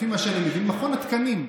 לפי מה שאני מבין, מכון התקנים.